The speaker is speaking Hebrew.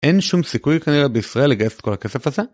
אין שום סיכוי כנראה בישראל לגייס את כל הכסף הזה?